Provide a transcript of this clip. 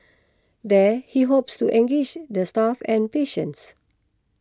there he hopes to engage the staff and patients